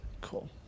Cool